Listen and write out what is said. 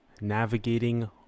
Navigating